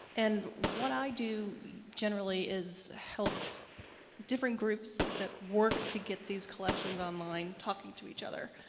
and what i do generally is help different groups that work to get these collections online, talking to each other.